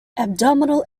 abdominal